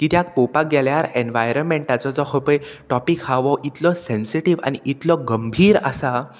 कित्याक पोवपाक गेल्यार एनवायरमेंटाचो जो खो पय टॉपीक हांव हो इतलो सेन्सिटीव आनी इतलो गंभीर आसा